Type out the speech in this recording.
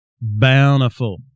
bountiful